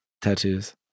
tattoos